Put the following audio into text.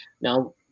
now